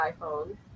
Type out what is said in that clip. iPhone